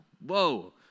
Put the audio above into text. Whoa